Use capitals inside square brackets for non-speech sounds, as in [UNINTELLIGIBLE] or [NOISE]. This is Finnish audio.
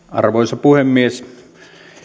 [UNINTELLIGIBLE] arvoisa puhemies